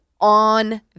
on